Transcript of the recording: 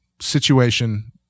situation